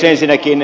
ensinnäkin